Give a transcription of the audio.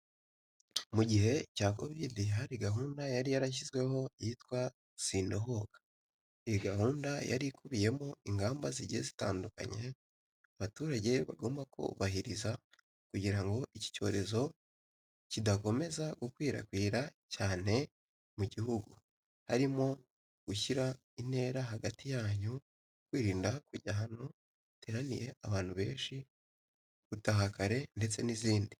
Mu gihe cya kovidi hari gahunda yari yarashyizweho yitwa "sindohoka." Iyi gahunda yari ikubiyemo ingamba zigiye zitandukanye abaturage bagomba kubahiriza kugira ngo iki cyorezo kidakomeza gukwirakwira cyane mu gihugu harimo gushyira intera hagati yanyu, kwirinda kujya ahantu hateraniye abantu benshi, gutaha kare ndetse n'izindi.